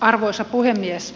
arvoisa puhemies